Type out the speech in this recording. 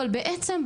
אבל בעצם,